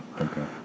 Okay